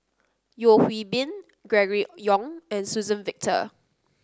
Yeo Hwee Bin Gregory Yong and Suzann Victor